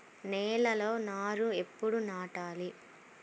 నేలలో నారు ఎప్పుడు నాటాలి?